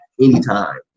anytime